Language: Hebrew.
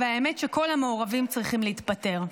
והאמת שכל המעורבים צריכים להתפטר.